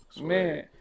Man